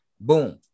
boom